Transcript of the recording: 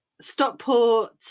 Stockport